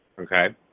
Okay